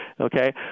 okay